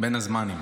בין הזמנים.